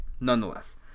nonetheless